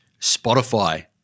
Spotify